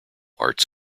arts